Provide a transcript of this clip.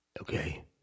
Okay